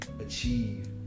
achieve